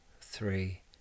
three